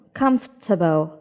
comfortable